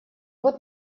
вот